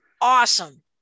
awesome